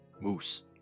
Moose